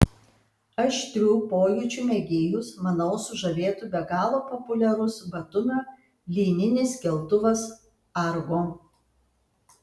aštrių pojūčių mėgėjus manau sužavėtų be galo populiarus batumio lyninis keltuvas argo